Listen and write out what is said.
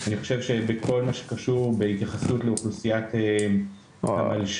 אני חושב שבכל מה שקשור בהתייחסות לאוכלוסיית המלש"בים,